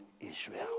Israel